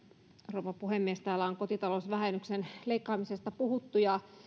rouva puhemies täällä on kotitalousvähennyksen leikkaamisesta puhuttu ja